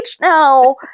now